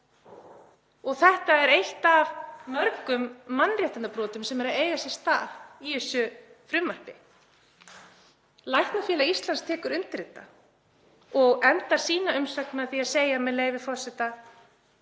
og þetta er eitt af mörgum mannréttindabrotum sem eiga sér stað í þessu frumvarpi. Læknafélag Íslands tekur undir þetta og endar sína umsögn með því að segja, með leyfi forseta: